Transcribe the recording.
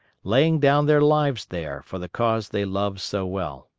laying down their lives there for the cause they loved so well.